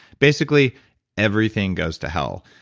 basically everything goes to hell.